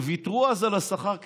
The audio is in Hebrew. ויתרו אז על השכר כ-50,